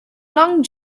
long